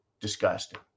disgusting